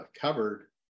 covered